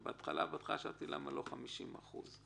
בהתחלה-בהתחלה שאלתי למה לא להוריד 50%,